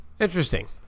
Interesting